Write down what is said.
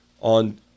on